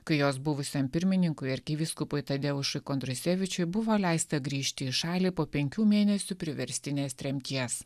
kai jos buvusiam pirmininkui arkivyskupui tadeušui kondrusevičiui buvo leista grįžti į šalį po penkių mėnesių priverstinės tremties